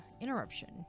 interruption